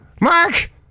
Mark